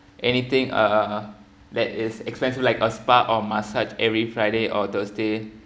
anything uh that is expensive like a spa or massage every friday or thursday